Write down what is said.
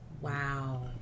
Wow